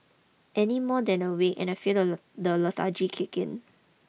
any more than a week and I feel the the lethargy kick in